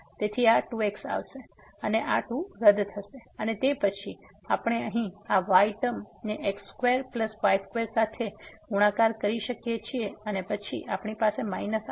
તેથી આ 2 x આવશે અને આ 2 રદ થશે અને તે પછી આપણે અહીં આ y ટર્મ ને x2y2 સાથે ગુણાકાર કરી શકીએ છીએ અને પછી આપણી પાસે માઈનસ છે